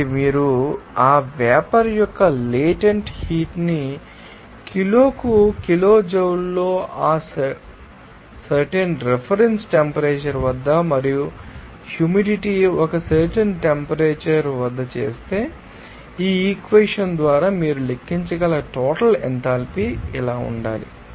కాబట్టి మీరు ఆ వేపర్ యొక్క లేటెంట్ హీట్ ని కిలోకు కిలోజౌల్లో ఆ సర్టెన్ రిఫరెన్స్ టెంపరేచర్ వద్ద మరియు హ్యూమిడిటీ ఒక సర్టెన్ టెంపరేచర్ వద్ద చేస్తే ఈ ఈక్వెషన్ ద్వారా మీరు లెక్కించగల టోటల్ ఎంథాల్పీ ఎలా ఉండాలి